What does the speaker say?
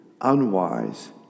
unwise